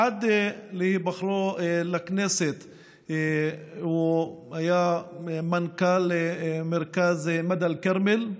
עד להיבחרו לכנסת הוא היה מנכ"ל מרכז מדה אל-כרמל,